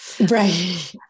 right